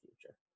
future